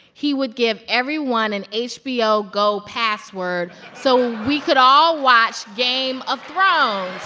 he would give everyone an hbo go password, so we could all watch game of thrones.